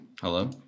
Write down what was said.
hello